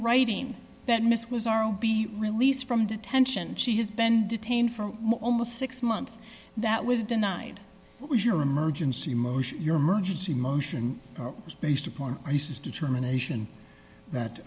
writing that miss was our o be released from detention she has been detained for almost six months that was denied what was your emergency motion your emergency motion is based upon this is determination that